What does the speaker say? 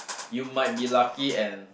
you might be lucky and